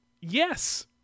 yes